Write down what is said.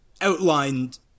outlined